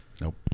Nope